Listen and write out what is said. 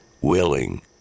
willing